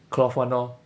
cloth one lor